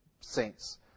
saints